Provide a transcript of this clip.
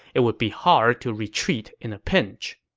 it would be hard to retreat in a pinch.